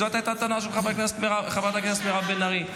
זאת הייתה הטענה של חברת הכנסת מירב בן ארי.